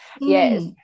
yes